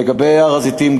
לגבי הר-הזיתים,